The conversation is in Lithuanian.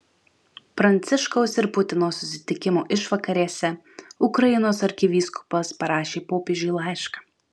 pranciškaus ir putino susitikimo išvakarėse ukrainos arkivyskupas parašė popiežiui laišką